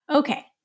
Okay